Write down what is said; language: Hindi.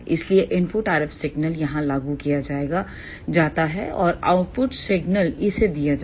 इसलिए इनपुट RF सिग्नल यहां लागू किया जाता है और आउटपुट सिग्नल इसे दिया जाएगा